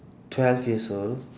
twelve years old